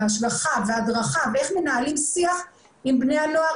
על השלכה ועל הדרכה ואיך מנהלים שיח עם בני הנוער